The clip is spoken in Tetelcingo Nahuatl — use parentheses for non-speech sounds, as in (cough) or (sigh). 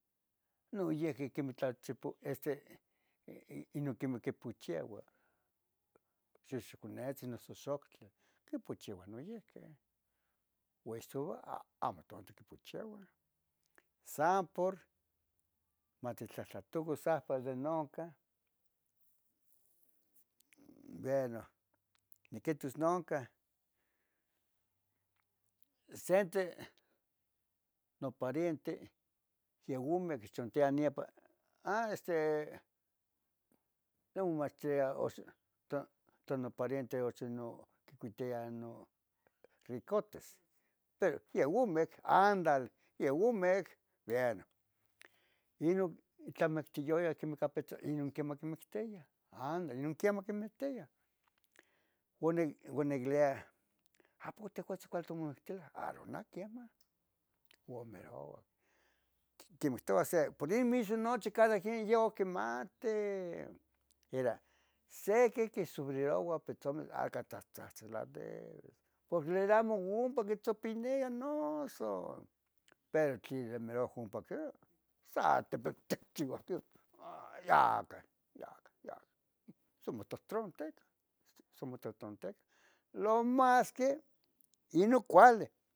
noyihqui quimi tla chipu, este inon quimin quipocheua xoxoconetzin noso xoctli quipocheua noyihqui. Uesoua amo tontiquepocheua, san por matitlahtlatocan sampa den ocan, veno niquitos noncan sente nopariente yen ume quichantia nepa, ah, este, te omachtia ox, ton, tonopariente ochi no quicuitia no ricotes, pero yeh omec, andale, yeh omec. Bien inon tlamactiyoyan (unintelligible) queman quimectiah andale inon quemah quimectiah, uan niquelia apoco tehuatzin vali tomomectela, aro nah quemah, uan merouac. Quime ictoua se pos in mis inochi cada quien yo quimate ira, sequiquisohfriroua petzomeh acatzahtzalales porque tlen amo nompa quitzopinia noso, pero tlen mero ompa ihqui, sa tepitzin quichia quin ah, ya cah, ya cah, ya cah somo trohtronticah, somo trohtronticah, lo masque ino cuali